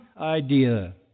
idea